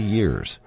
years